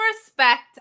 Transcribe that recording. respect